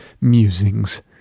musings